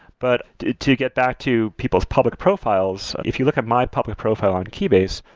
but to get back to people's public profiles, if you look at my public profile on keybase,